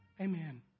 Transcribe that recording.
Amen